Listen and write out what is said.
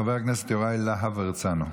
חבר הכנסת יוראי להב הרצנו.